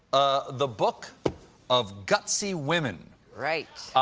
ah the book of gutsy women. right.